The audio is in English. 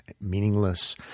meaningless